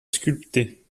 sculpter